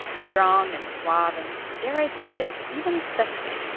strong and suave and dare i say it? even sexy